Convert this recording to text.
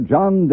John